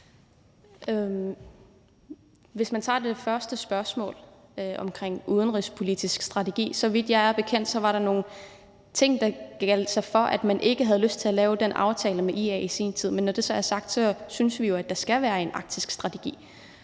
Hvis man tager det første spørgsmål omkring en udenrigspolitisk strategi, var der, så vidt jeg er bekendt, nogle ting, der gjorde, at man ikke havde lyst til at lave den aftale med IA i sin tid. Men når det så er sagt, synes vi jo, at der skal være en arktisk strategi,